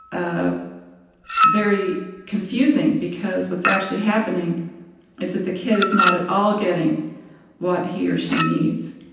ah very confusing because what's actually happening is that the kid is not at all getting what he or she needs,